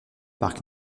parc